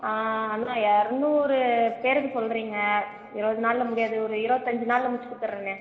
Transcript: ஆ ஆனால் இறநூறு பேருக்கு சொல்கிறீங்க இருபது நாளில் முடியாது ஒரு இருபத்தஞ்சு நாளில் முடித்து கொடுத்துர்றனே